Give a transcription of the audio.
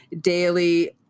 daily